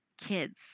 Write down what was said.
kids